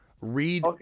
Read